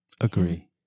Agree